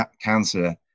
cancer